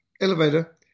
elevator